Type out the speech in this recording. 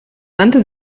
nannte